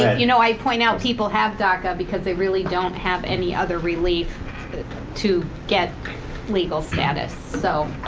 you know, i point out people have daca because they really don't have any other relief to get legal status, so.